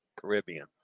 Caribbean